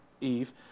Eve